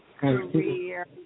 career